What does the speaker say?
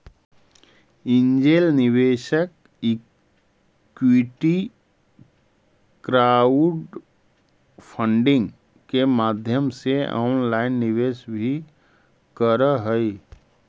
angel निवेशक equity crowdfunding के माध्यम से ऑनलाइन निवेश भी करऽ हइ